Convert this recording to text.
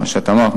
מה שאת אמרת,